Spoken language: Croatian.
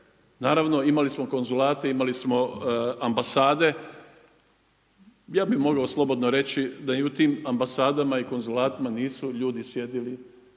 Naravno imali smo konzulate, imali smo ambasade, ja bih mogao slobodno reći da i u tim ambasadama i konzulatima nisu ljudi sjedili